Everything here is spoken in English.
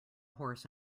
horse